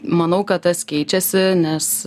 manau kad tas keičiasi nes